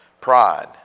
Pride